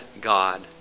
God